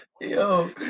Yo